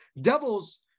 Devils